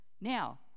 Now